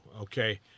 okay